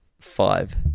Five